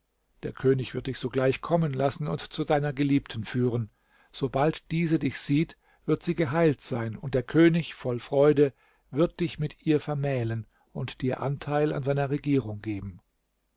der könig wird dich sogleich kommen lassen und zu deiner geliebten führen sobald diese dich sieht wird sie geheilt sein und der könig voll freude wird dich mit ihr vermählen und dir anteil an seiner regierung geben